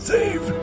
Save